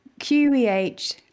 qeh